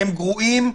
הם גרועים,